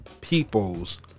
people's